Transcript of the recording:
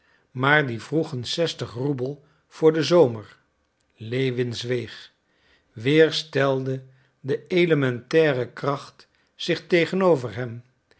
maar die vroegen zestig roebel voor den zomer lewin zweeg weer stelde de elementaire kracht zich tegenover hem